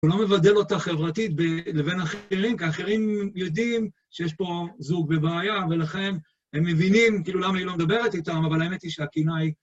הוא לא מבדל אותה חברתית לבין אחרים, כי האחרים יודעים שיש פה זוג בבעיה, ולכן הם מבינים, כאילו, למה היא לא מדברת איתם, אבל האמת היא שהקנאה היא...